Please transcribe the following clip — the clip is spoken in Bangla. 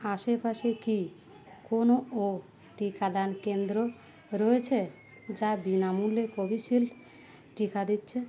আশেপাশে কি কোনো ও টিকাদান কেন্দ্র রয়েছে যা বিনামূল্যে কোভিশিল্ড টিকা দিচ্ছে